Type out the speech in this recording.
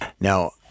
Now